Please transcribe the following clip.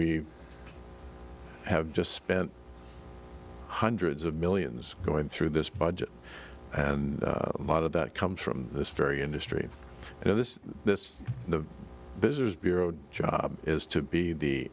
we have just spent hundreds of millions going through this budget and a lot of that comes from this very industry you know this this the business bureau job is to be the